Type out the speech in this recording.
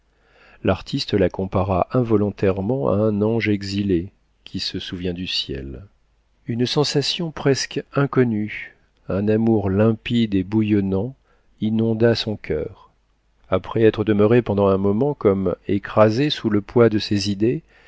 l'artiste la compara involontairement à un ange exilé qui se souvient du ciel une sensation presque inconnue un amour limpide et bouillonnant inonda son coeur après être demeuré pendant un moment comme écrasé sous le poids de ses idées